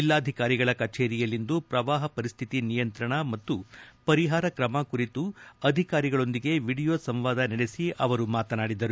ಜಿಲ್ಲಾಧಿಕಾರಿಗಳ ಕಚೇರಿಯಲ್ಲಿಂದು ಪ್ರವಾಹ ಪರಿಸ್ಥಿತಿ ನಿಯಂತ್ರಣ ಮತ್ತು ಪರಿಷಾರ ತ್ರಮ ಕುರಿತು ಅಧಿಕಾರಿಗಳೊಂದಿಗೆ ವಿಡಿಯೋ ಸಂವಾದ ನಡೆಸಿ ಮಾತನಾಡಿದರು